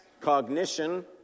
cognition